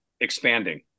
expanding